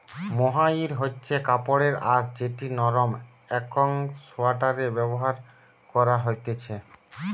mohair হচ্ছে কাপড়ের আঁশ যেটি নরম একং সোয়াটারে ব্যবহার করা হতিছে